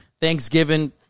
Thanksgiving